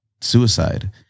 suicide